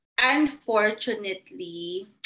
unfortunately